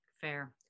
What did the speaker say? Fair